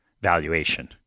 valuation